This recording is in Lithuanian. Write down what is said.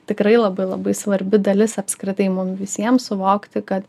tikrai labai labai svarbi dalis apskritai mum visiem suvokti kad